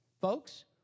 Folks